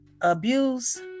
abuse